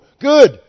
Good